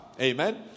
Amen